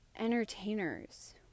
entertainers